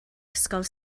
ysgol